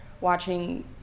watching